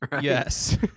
yes